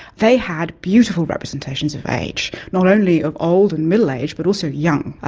they had beautiful representations of age, not only of old and middle-age, but also young.